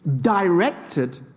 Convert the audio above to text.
directed